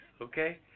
Okay